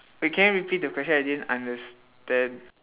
wait can you repeat the question I didn't understand